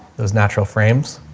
those natural frames.